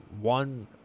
one